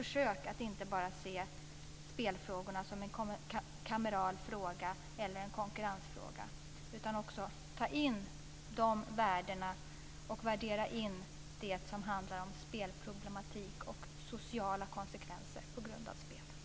Försök att inte bara se spelfrågan som en kameral fråga eller som en konkurrensfråga! Ta även in spelproblematik och sociala konsekvenser på grund av spel!